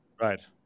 Right